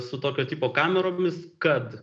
su tokio tipo kameromis kad